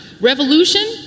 revolution